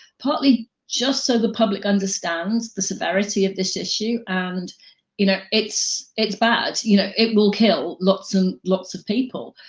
partly just so the public understands the severity of this issue and you know it's it's bad. you know, it will kill lots and lots of people.